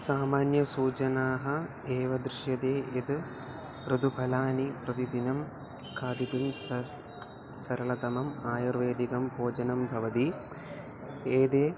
सामान्यसूचनाः एव दृश्यते यत् मृदुफलानि प्रतिदिनं खादितुं स सरलतमम् आयुर्वेदिकं भोजनं भवति एते